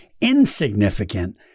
insignificant